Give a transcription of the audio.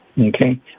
okay